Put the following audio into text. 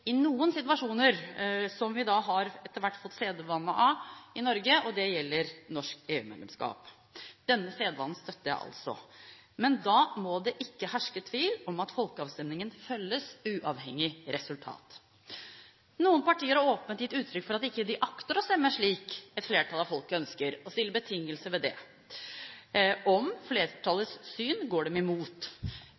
noen situasjoner, som etter hvert er blitt sedvane i Norge, og det gjelder norsk EU-medlemskap. Denne sedvanen støtter jeg altså, men da må det ikke herske tvil om at folkeavstemningen følges – uavhengig av resultat. Noen partier har åpent gitt uttrykk for at de ikke akter å stemme slik et flertall av folket ønsker og stiller betingelser ved det om flertallets syn går dem imot. Er flertallet